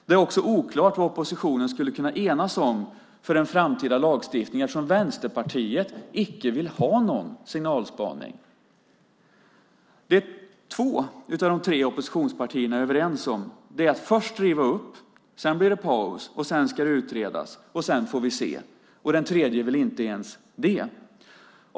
Det är också oklart vad oppositionen skulle kunna enas om i en framtida lagstiftning med tanke på att Vänsterpartiet inte vill ha någon signalspaning. Det som två av de tre oppositionspartierna är överens om är att först riva upp, sedan blir det paus, sedan ska det utredas och sedan får vi se. Det tredje partiet vill inte ens det.